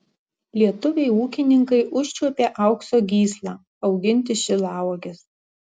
lietuviai ūkininkai užčiuopė aukso gyslą auginti šilauoges